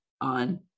on